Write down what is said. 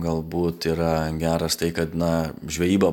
galbūt yra geras tai kad na žvejyba